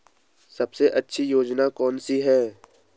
सबसे अच्छी योजना कोनसी है?